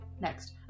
next